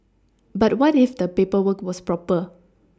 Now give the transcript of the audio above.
but what if the paperwork was proper